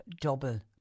double